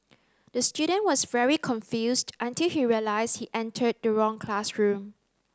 the student was very confused until he realised he entered the wrong classroom